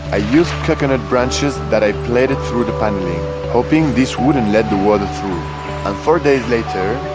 i used coconut branches that i played it through the paneling hoping this wouldn't let the water through and four days later,